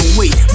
wait